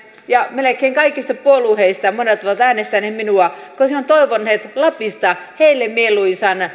melkein kaikista puolueista monet ovat äänestäneet minua koska he ovat toivoneet lapista heille mieluisan